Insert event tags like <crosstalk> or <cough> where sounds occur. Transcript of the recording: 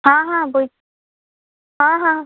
हाँ हाँ <unintelligible> हाँ हाँ